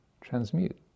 Transmute